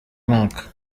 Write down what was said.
mwaka